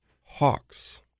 Hawks